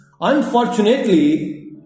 unfortunately